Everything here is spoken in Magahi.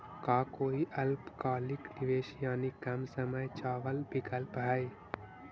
का कोई अल्पकालिक निवेश यानी कम समय चावल विकल्प हई?